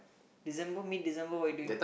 December mid December what you doing